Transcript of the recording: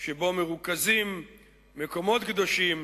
שבו מרוכזים מקומות קדושים,